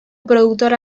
productora